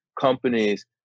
companies